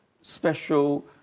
special